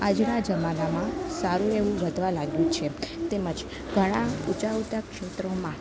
આજના જમાનામાં સારી એવું વધવા લાગ્યું છે તેમજ ઘણા ઊંચા ઊંચા ક્ષેત્રોમાં